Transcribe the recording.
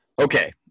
okay